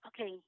Okay